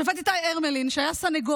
השופט איתי הרמלין, שהיה סנגור,